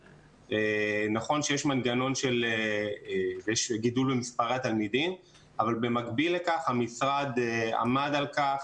נכון שיש גידול במספרי התלמידים אבל במקביל לכך המשרד עמד על כך,